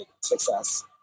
success